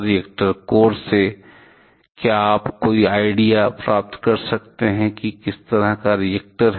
reactor core से क्या आप कोइ आईडिया प्राप्त कर सकते है कि यह किस प्रकार का रिएक्टर है